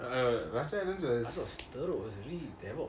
ah Raja islands was